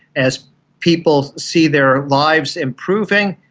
as people see their lives improving,